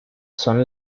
son